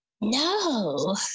no